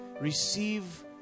receive